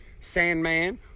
Sandman